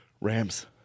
Rams